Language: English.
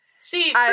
See